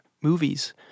movies